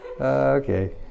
Okay